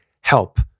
help